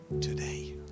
today